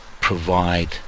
provide